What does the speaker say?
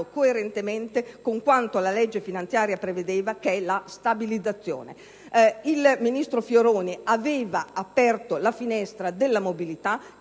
coerentemente con quanto la legge finanziaria prevedeva, ossia la stabilizzazione. Il ministro Fioroni aveva aperto la finestra della mobilità